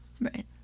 Right